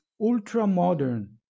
ultra-modern